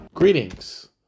Greetings